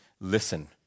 listen